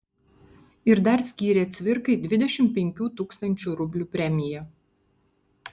ir dar skyrė cvirkai dvidešimt penkių tūkstančių rublių premiją